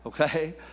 Okay